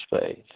faith